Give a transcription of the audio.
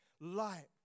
light